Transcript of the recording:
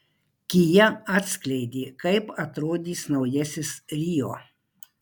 kia atskleidė kaip atrodys naujasis rio